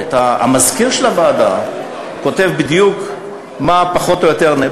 המזכיר של הוועדה כותב בדיוק מה פחות או יותר נאמר,